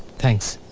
thanks,